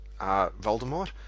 Voldemort